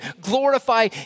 glorify